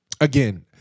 again